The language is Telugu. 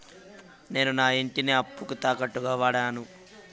నేను నా ఇంటిని అప్పుకి తాకట్టుగా వాడాను